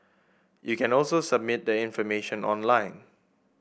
you can also submit the information online